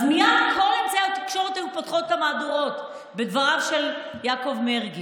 אז מייד כל אמצעי התקשורת היו פותחים את המהדורות בדבריו של יעקב מרגי.